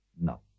No